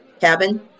cabin